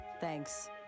thanks